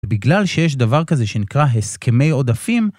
בגלל שיש דבר כזה שנקרא הסכמי עודפים,